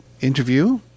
interview